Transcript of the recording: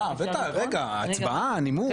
אנחנו סיעה דמוקרטית.